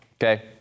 Okay